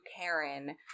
Karen